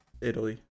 Italy